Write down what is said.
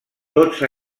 tots